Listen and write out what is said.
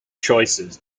choices